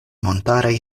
montaraj